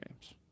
games